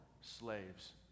slaves